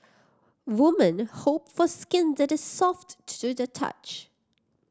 woman hope for skin that is soft to the touch